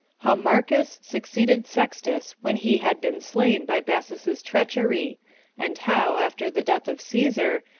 how marcus, succeeded sextus when he had been slain by bassus's treachery and how, after the death of caesar,